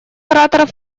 ораторов